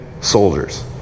soldiers